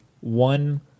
one